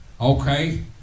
okay